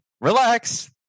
relax